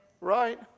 Right